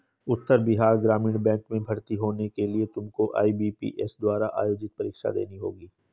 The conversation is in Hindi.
उत्तर बिहार ग्रामीण बैंक में भर्ती होने के लिए तुमको आई.बी.पी.एस द्वारा आयोजित परीक्षा देनी होगी